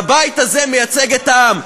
והבית הזה מייצג את העם,